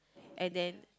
and then